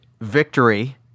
victory